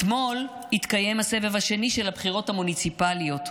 אתמול התקיים הסבב השני של הבחירות המוניציפליות,